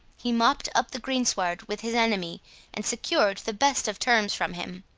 he mopped up the greensward with his enemy and secured the best of terms from him.